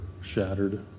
shattered